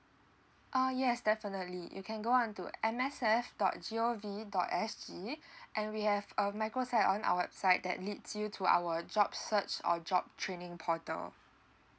uh yes definitely you can go on to M S F dot G_O_V dot S_G and we have a microsite on our website that leads you to our job search or job training portal